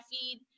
feed